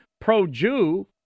pro-Jew